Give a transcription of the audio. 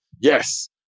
yes